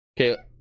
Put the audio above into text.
Okay